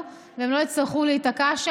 מצב הרוח והשמחה,